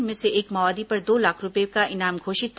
इनमें से एक माओवादी पर दो लाख रूपये का इनाम घोषित था